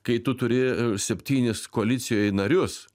kai tu turi septynis koalicijoj narius